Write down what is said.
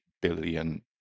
billion